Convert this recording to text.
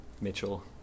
Mitchell